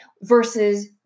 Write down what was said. versus